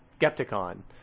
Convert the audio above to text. Skepticon